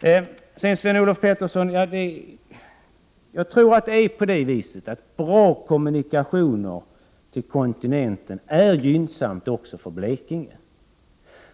Sedan till Sven-Olof Petersson. Jag tror att det är gynnsamt också för Blekinge, om det finns goda kommunikationer med kontinenten.